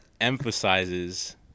emphasizes